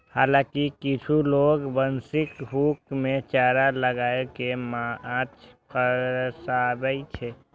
हालांकि किछु लोग बंशीक हुक मे चारा लगाय कें माछ फंसाबै छै